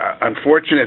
unfortunate